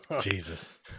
jesus